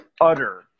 utter